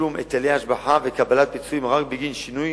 תשלום היטלי השבח וקבלת פיצויים בגין שינוי